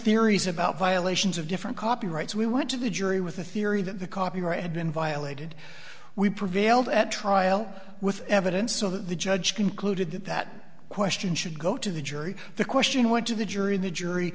theories about violations of different copyrights we went to the jury with the theory that the copyright had been violated we prevailed at trial with evidence so the judge concluded that that question should go to the jury the question went to the jury the jury